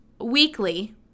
weekly